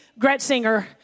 Gretzinger